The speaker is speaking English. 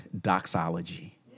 doxology